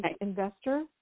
investor